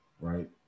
right